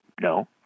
No